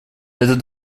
этот